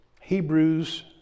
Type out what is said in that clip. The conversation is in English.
Hebrews